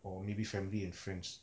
or maybe family and friends